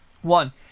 One